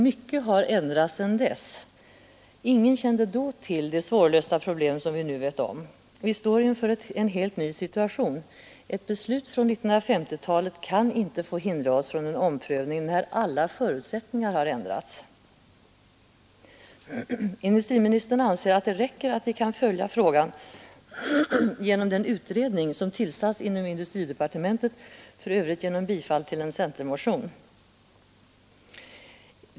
Mycket har dock ändrats sedan dess. Ingen kände då till de svårlösta problem som vi nu vet om. Vi står inför en helt ny situation. Ett beslut från 1950-talet kan inte få hindra oss från en omprövning, när alla förutsättningar ändrats. Industriministern anser att det räcker att vi kan följa frågan genom den utredning som tillsatts inom industridepartementet — för övrigt genom bifall till en centermotion.